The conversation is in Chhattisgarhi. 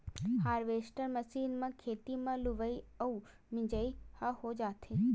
हारवेस्टर मषीन म खेते म लुवई अउ मिजई ह हो जाथे